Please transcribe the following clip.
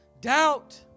Doubt